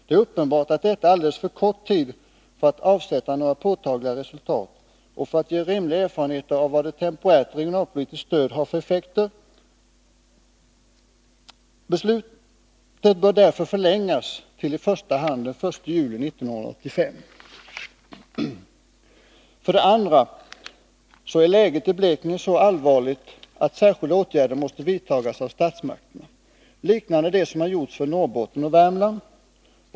Det är uppenbart att detta är alldeles för kort tid för att det skall avsätta några påtagliga resultat och för att ge rimliga erfarenheter av vad ett temporärt regionalpolitiskt stöd har för effekter. Beslutet bör därför förlängas till i första hand den 1 juli 1985. 2. Läget i Blekinge är nu så allvarligt att särskilda åtgärder måste vidtas av statsmakten, liknande dem som satts in för Norrbotten och Värmland.